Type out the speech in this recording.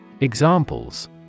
Examples